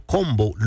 Combo